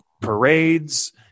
parades